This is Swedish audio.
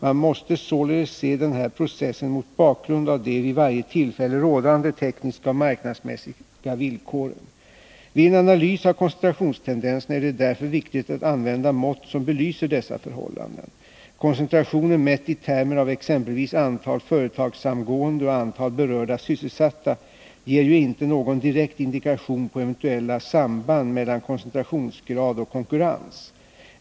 Man måste således se den här processen mot bakgrund av de vid varje tillfälle rådande tekniska och marknadsmässiga villkoren. Vid en analys av koncentrationstendenserna är det därför viktigt att använda mått som belyser dessa förhållanden. Koncentration mätt i termer av exempelvis antal företagssamgåenden och antalet berörda sysselsatta ger ju inte någon direkt indikation på eventuella samband mellan koncentrationsgrad och konkurrens.